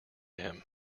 him